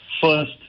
first